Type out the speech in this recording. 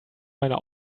meiner